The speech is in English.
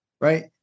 right